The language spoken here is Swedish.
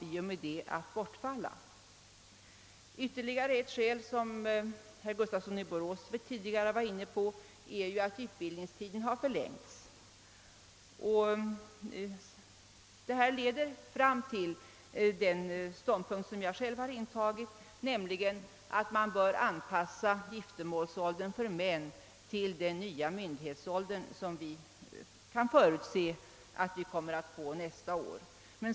I och med detta bortfaller Ytterligare ett skäl, som herr Gustafsson i Borås tidigare var inne på, är att utbildningstiden har förlängts. Allt detta leder fram till den ståndpunkt som jag själv intagit, nämligen att man bör anpassa giftermålsåldern för män till den nya myndighetsålder, som vi kan förutse kommer att stadfästas nästa år.